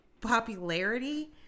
popularity